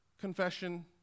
Confession